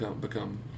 become